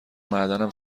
معدنم